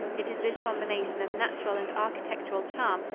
it is this combination of natural and architectural charm,